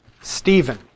Stephen